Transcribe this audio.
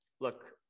Look